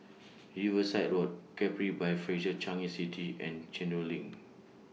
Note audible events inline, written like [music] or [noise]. Riverside Road Capri By Fraser Changi City and [unintelligible] LINK